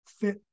fit